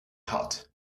hot